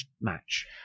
match